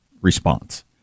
response